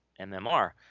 MMR